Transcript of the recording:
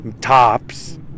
tops